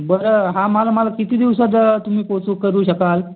बरं हा माल मला किती दिवसात तुम्ही पोच करू शकाल